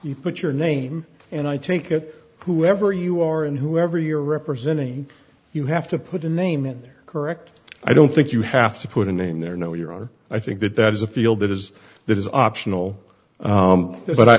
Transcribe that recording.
you put your name and i take it whoever you are and whoever you're representing you have to put a name in there correct i don't think you have to put a name there no your honor i think that that is a field that is that is optional but i